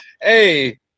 Hey